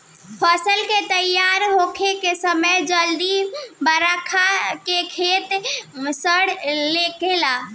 फसल के तइयार होखे के समय ज्यादा बरखा से खेत सड़े लागेला